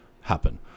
happen